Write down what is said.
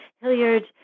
Hilliard